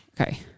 Okay